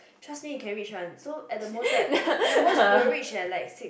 trust me you can reach one so at the most right at the most you will reach at like six